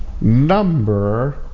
number